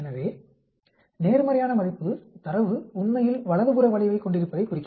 எனவே நேர்மறையான மதிப்பு தரவு உண்மையில் வலதுபுற வளைவைக் கொண்டிருப்பதைக் குறிக்கும்